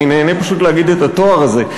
אני נהנה פשוט להגיד את התואר הזה,